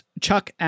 Chuck